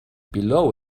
below